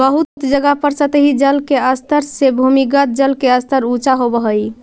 बहुत जगह पर सतही जल के स्तर से भूमिगत जल के स्तर ऊँचा होवऽ हई